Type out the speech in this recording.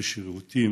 בשירותים,